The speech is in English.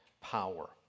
power